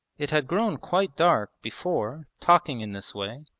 it had grown quite dark before, talking in this way,